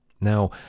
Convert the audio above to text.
Now